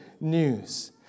news